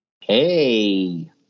hey